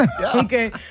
Okay